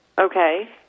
Okay